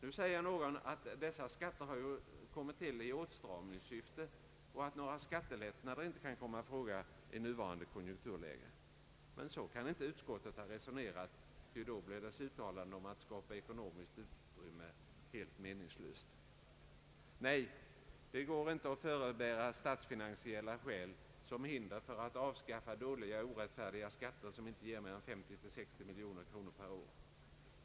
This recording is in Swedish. Nu säger någon att dessa skatter kommit till i åtstramningssyfte och att några skattelättnader inte kan komma i fråga i nuvarande konjunkturläge. Men så kan utskottet inte ha resonerat, ty då blir dess uttalande om att skapa ekonomiskt utrymme meningslöst. Nej, det går inte att förebära statsfinansiella skäl som hinder för att avskaffa dåliga och orättfärdiga skatter, som inte ger mer än 50—60 miljoner kronor per år.